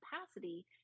capacity